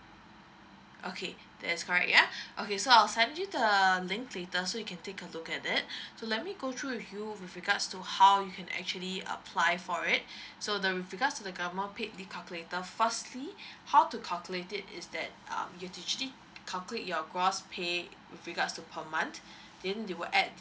okay that's correct yeah okay so I'll send you the link later so you can take a look at it so let me go through with you with regards to how you can actually apply for it so the with regards to the government paid leave calculator firstly how to calculate it is that err you have to actually calculate your gross pay with regards to per month then they will add